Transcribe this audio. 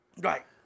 Right